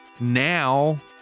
now